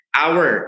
hour